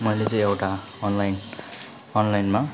मैले चाहिँ एउटा अनलाइन अनलाइनमा